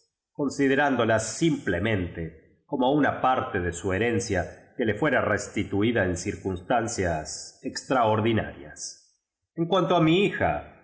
las simplemente como una parte de su heren cia que le fuera restituida eu circunstancio extraordinarias en cnanto a mi hija